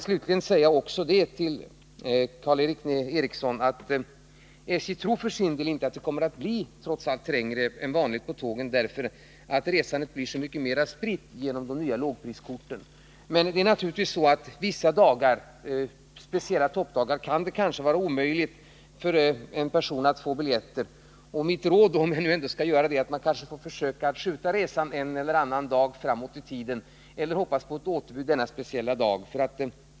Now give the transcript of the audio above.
Slutligen kan jag säga till Karl Erik Eriksson att SJ för sin del trots allt inte tror att det kommer att bli trängre än vanligt på tågen, eftersom resandet blir så mycket mera spritt på grund av det nya lågpriskortet. Men vissa speciella toppdagar kan det bli omöjligt att få en biljett. Mitt råd tillen sådan person —-om jag nu i alla fall skall ge ett — är att han försöker skjuta resan en eller annan dag framåt i tiden eller hoppas på ett återbud den speciella dag han vill resa.